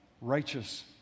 righteous